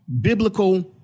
biblical